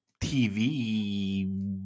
TV